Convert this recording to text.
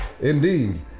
indeed